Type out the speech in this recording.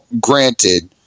granted